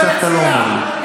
עכשיו אתה לא אומר לי.